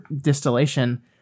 distillation